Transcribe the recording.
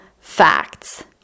facts